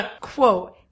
quote